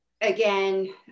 Again